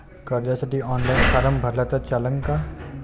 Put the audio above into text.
कर्जसाठी online form भरला तर चालन का?